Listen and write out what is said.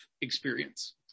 experience